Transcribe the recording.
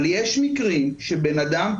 אבל יש מקרים שבנאדם,